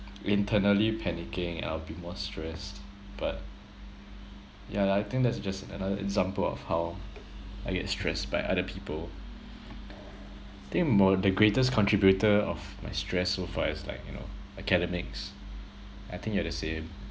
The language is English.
internally panicking and I'll be more stressed but yeah lah I think that's just another example of how I get stressed by other people think about the greatest contributor of my stress so far is like you know academics I think you are the same